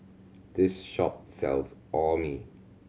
this shop sells Orh Nee